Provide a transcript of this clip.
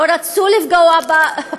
לא רצו לפגוע בה,